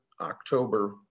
October